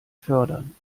fördern